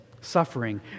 suffering